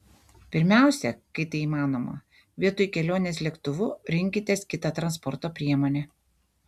pirmiausia kai tai įmanoma vietoj kelionės lėktuvu rinkitės kitą transporto priemonę